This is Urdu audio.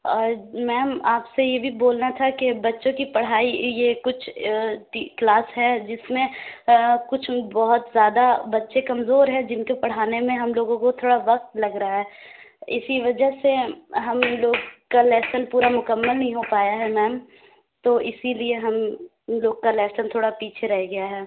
اور میم آپ سے یہ بھی بولنا تھا کہ بچوں کی پڑھائی یہ یہ کچھ کلاس ہے جس میں کچھ بہت زیادہ بچے کمزور ہیں جن کے پڑھانے میں ہم لوگوں کو تھوڑا وقت لگ رہا ہے اِسی وجہ سے ہم لوگ كا لیسن پورا مکمل نہیں ہو پایا ہے میم تو اِسی لیے ہم لوگ كا لیسن تھوڑا پیچھے رہ گیا ہے